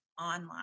online